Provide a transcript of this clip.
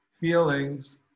feelings